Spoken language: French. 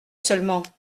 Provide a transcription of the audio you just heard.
seulement